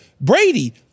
Brady